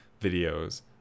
videos